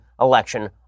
election